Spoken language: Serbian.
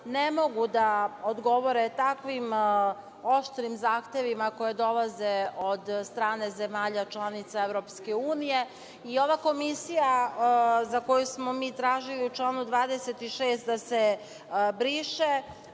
ne mogu da odgovore takvim oštrim zahtevima koji dolaze od strane zemalja članica EU.Ova komisija za koju smo mi tražili u članu 26. da se briše,